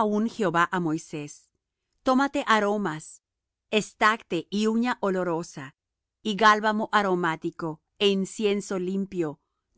aún jehová á moisés tómate aromas estacte y uña olorosa y gálbano aromático é incienso limpio